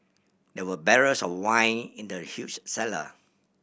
there were barrels of wine in the huge cellar